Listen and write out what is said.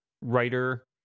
writer